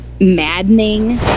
maddening